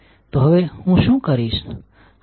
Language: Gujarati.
તો હવે હું શું કરીશ